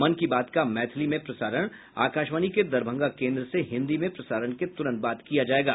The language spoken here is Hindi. मन की बात का मैथिली में प्रसारण आकाशवाणी के दरभंगा केन्द्र से हिन्दी में प्रसारण के तुरंत बाद किया जायेगा